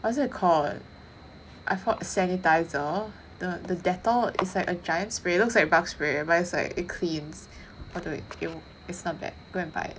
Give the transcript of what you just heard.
what's it called I bought sanitizer the the dettol is like a giant spray looks like bug spray but it cleans what do you it is not bad go and buy